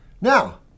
now